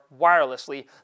wirelessly